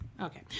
Okay